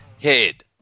head